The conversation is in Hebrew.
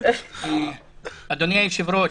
אדוני היושב-ראש,